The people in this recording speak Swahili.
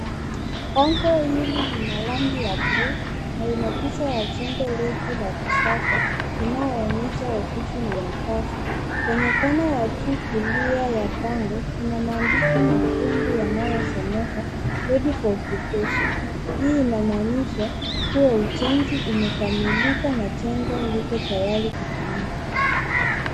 Bango hili lina rangi ya buluu na lina picha ya jengo refu la kisasa linaoonyesha ofisi na makaazi. Kwenye ya kono ya juu kulia ya bango kuna maandishi mekundu yanayosomeka ready for occupation, hii inamaanisha kuwa ujenzi umekamilika na jengo liko tayari kutumika.